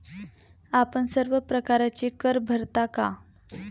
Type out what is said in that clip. आपण सर्व प्रकारचे कर भरता का?